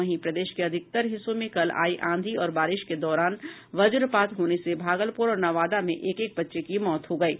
वहीं प्रदेश के अधिकतर हिस्सों में कल आये आंधी और बारिश के दौरान वजपात होने से भागलपुर और नवादा में एक एक बच्चे की मौत हो गयी